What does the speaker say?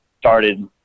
started